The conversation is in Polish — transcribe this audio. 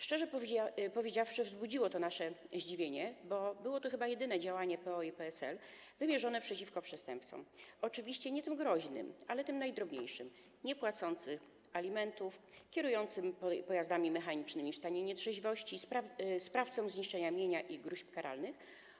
Szczerze powiedziawszy, wzbudziło to nasze zdziwienie, bo było to chyba jedyne działanie PO i PSL wymierzone przeciwko przestępcom, oczywiście nie tym groźnym, ale tym najdrobniejszym: niepłacącym alimentów, kierującym pojazdami mechanicznymi w stanie nietrzeźwości, sprawcom przestępstw zniszczenia mienia i gróźb karalnych.